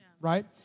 right